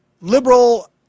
liberal